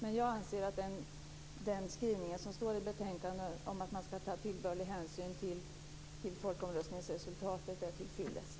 Men jag anser att den skrivning som finns i betänkandet om att man skall ta tillbörlig hänsyn till folkomröstningsresultatet är till fyllest.